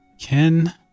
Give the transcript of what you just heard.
Ken